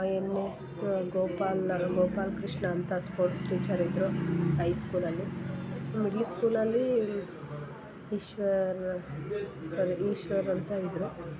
N S Gopal ನಮ್ಮ ಗೋಪಾಲ್ ಕೃಷ್ಣ ಅಂತ sports teacher ಇದ್ದರು ಐಸ್ಕೂಲಲ್ಲಿ ಮಿಡ್ಲ್ ಸ್ಕೂಲಲ್ಲಿ ಈಶ್ವರ್ ಸರ್ ಈಶ್ವರ್ ಅಂತ ಇದ್ದರು